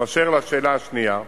אשר לשאלה השנייה,